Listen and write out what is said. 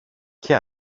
και